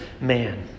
man